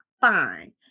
fine